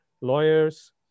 lawyers